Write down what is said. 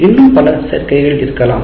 இன்னும் பல சேர்க்கைகள் இருக்கலாம்